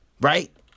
Right